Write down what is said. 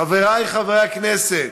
חברי חברי הכנסת,